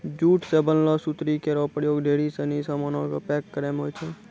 jute सें बनलो सुतरी केरो प्रयोग ढेरी सिनी सामानो क पैक करय म होय छै